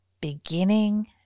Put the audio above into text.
beginning